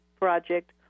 Project